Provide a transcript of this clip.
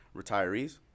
retirees